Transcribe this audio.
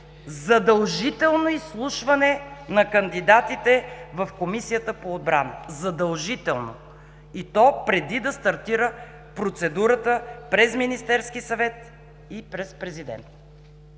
задължително изслушване на кандидатите в Комисията по отбрана.” Задължително! И то преди да стартира процедурата през Министерския съвет и през президента.